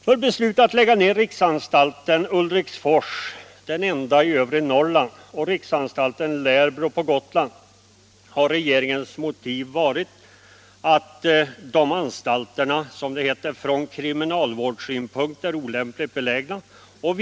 För beslutet att lägga ned riksanstalten Ulriksfors, den enda i övre Norrland, och riksanstalten Lärbro på Gotland har regeringens motiv varit att de anstalterna, som det heter, från kriminalvårdssynpunkt är olämpligt belägna och